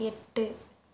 எட்டு